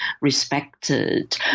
respected